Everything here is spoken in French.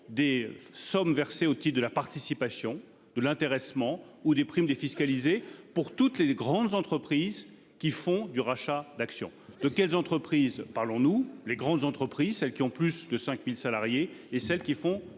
des sommes versées au titre de la participation et de l'intéressement ou des primes défiscalisées pour toutes les grandes entreprises qui font du rachat d'actions. De quelles entreprises parlons-nous ? Nous parlons des grandes entreprises, celles qui comptent plus de 5 000 salariés et celles qui font